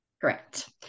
Correct